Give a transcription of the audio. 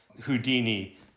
Houdini